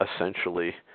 essentially